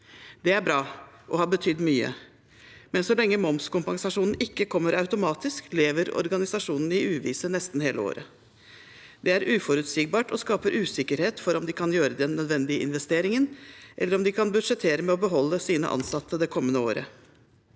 Det er bra og har betydd mye, men så lenge momskompensasjonen ikke kommer automatisk, lever organisasjonene i uvisse nesten hele året. Det er uforutsigbart og skaper usikkerhet for om de kan gjøre den nødvendige investeringen, eller om de kan budsjettere med å beholde sine ansatte det kommende året.